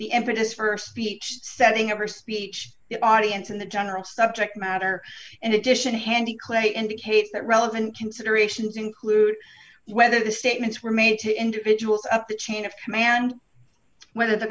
the impetus for speech setting ever speech the audience and the general subject matter and edition handy clay indicate that relevant considerations include whether the statements were made to individuals up the chain of command whether the